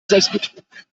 selbstbetrug